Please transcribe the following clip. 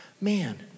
Man